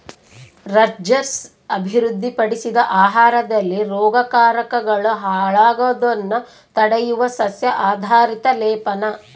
Rutgers ಅಭಿವೃದ್ಧಿಪಡಿಸಿದ ಆಹಾರದಲ್ಲಿ ರೋಗಕಾರಕಗಳು ಹಾಳಾಗೋದ್ನ ತಡೆಯುವ ಸಸ್ಯ ಆಧಾರಿತ ಲೇಪನ